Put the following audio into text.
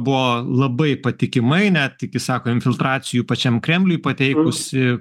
buvo labai patikimai net iki sako infiltracijų pačiam kremliuj pateikusi